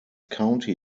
county